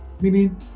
Meaning